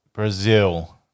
Brazil